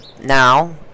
Now